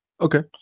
Okay